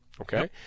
okay